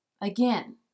again